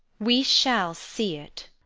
we shall see it!